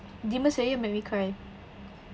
demon slayer made me cry